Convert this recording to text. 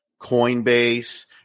Coinbase